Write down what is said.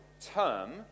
term